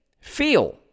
feel